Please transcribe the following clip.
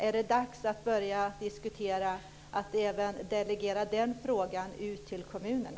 Är det dags att börja diskutera att delegera även denna fråga ut till kommunerna?